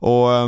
Och